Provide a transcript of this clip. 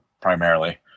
primarily